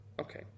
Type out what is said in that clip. Okay